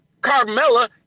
Carmella